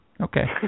Okay